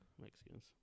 Mexicans